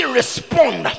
respond